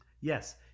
yes